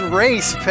race